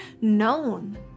known